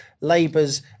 Labour's